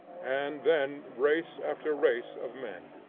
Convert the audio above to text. and then race after race of men.